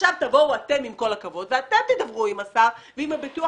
ועכשיו תבואו אתם ותדברו עם השר ועם הביטוח